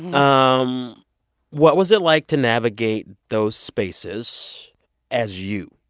um what was it like to navigate those spaces as you?